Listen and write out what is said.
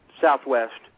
southwest